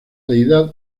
deidad